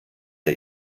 der